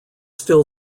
still